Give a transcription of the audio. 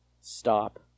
stop